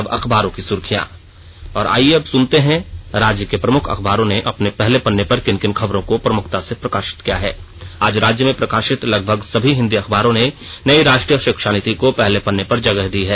अब अखबारों की सुर्खियां और आईये अब सुनते हैं राज्य के प्रमुख अखबारों ने अपने पहले पन्ने पर किन किन खबरों को प्रमुखता से प्रकाशित किया है आज राज्य में प्रकाशित लगभग सभी हिंदी अखबारों ने नई राष्ट्रीय शिक्षा नीति को पहले पन्ने पर जगह दी है